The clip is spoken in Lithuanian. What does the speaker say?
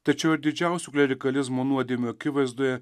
tačiau ir didžiausių klerikalizmo nuodėmių akivaizdoje